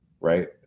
right